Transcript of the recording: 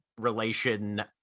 relation